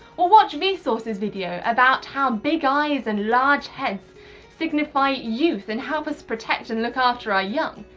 well, watch vsauce's video about how big eyes and large heads signify youth and help us protect and look after our young,